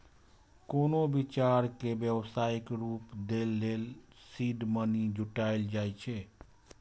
कोनो विचार कें व्यावसायिक रूप दै लेल सीड मनी जुटायल जाए छै